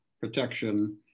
protection